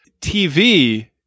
TV